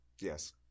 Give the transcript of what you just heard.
yes